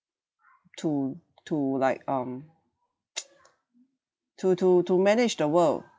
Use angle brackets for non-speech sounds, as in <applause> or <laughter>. to to like um <noise> to to to manage the world